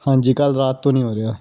ਹਾਂਜੀ ਕੱਲ੍ਹ ਰਾਤ ਤੋਂ ਨਹੀਂ ਹੋ ਰਿਹਾ